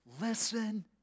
Listen